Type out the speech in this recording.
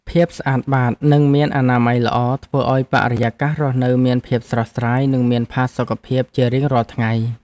ភាពស្អាតបាតនិងមានអនាម័យល្អធ្វើឱ្យបរិយាកាសរស់នៅមានភាពស្រស់ស្រាយនិងមានផាសុកភាពជារៀងរាល់ថ្ងៃ។